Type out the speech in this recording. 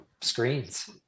screens